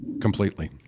Completely